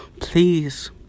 Please